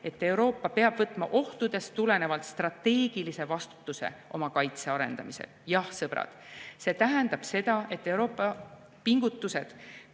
et Euroopa peab võtma ohtudest tulenevalt strateegilise vastutuse oma kaitse arendamisel. Jah, sõbrad, see tähendab seda, et Euroopa pingutused